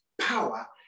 power